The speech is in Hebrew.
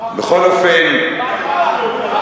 כבר תמכנו.